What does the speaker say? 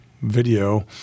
video